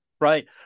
right